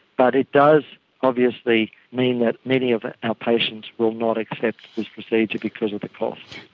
but it does obviously mean that many of our patients will not accept this procedure because of the cost.